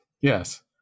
Yes